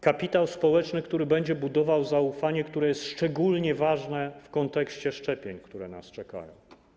Kapitał społeczny, który będzie budował zaufanie, które jest szczególnie ważne w kontekście szczepień, które nas czekają.